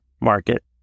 market